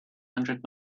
hundred